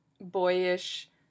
boyish